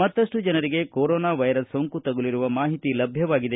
ಮತ್ತಪ್ಪು ಜನರಿಗೆ corona virus ಸೋಂಕು ತಗುಲಿರುವ ಮಾಹಿತಿ ಲಭ್ಞವಾಗಿದೆ